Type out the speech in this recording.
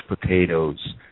potatoes